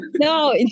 No